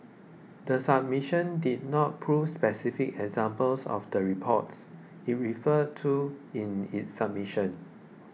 the submission did not provide specific examples of the reports it referred to in its submission